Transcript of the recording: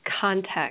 context